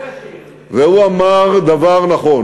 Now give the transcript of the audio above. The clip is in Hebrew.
והוא אמר דבר נכון.